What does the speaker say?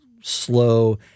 slow